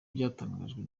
byatangajwe